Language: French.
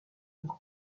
pour